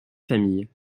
familles